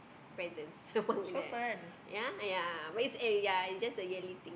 presents among them ya ya but it's eh ya it's just a yearly thing